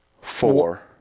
Four